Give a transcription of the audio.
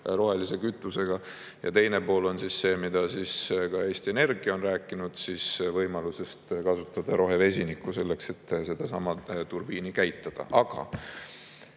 rohelise kütusega. Ja teine pool on see, millest Eesti Energia on rääkinud, nimelt võimalus kasutada rohevesinikku selleks, et sedasama turbiini käitada. Aga